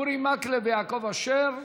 אורי מקלב ויעקב אשר.